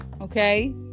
Okay